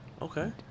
Okay